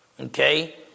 Okay